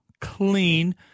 clean